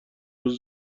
روز